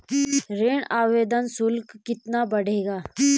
ऋण आवेदन शुल्क कितना पड़ेगा?